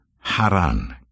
Haran